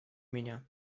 меня